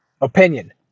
opinion